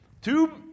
Two